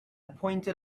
pointed